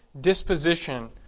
disposition